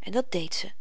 en dat deed ze